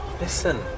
Listen